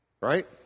Right